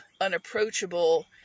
unapproachable